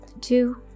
two